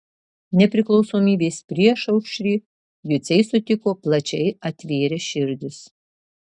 nepriklausomybės priešaušrį juciai sutiko plačiai atvėrę širdis